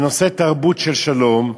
בנושא תרבות של שלום,